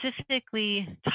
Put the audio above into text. specifically